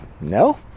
no